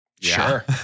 Sure